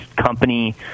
company